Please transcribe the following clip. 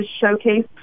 showcase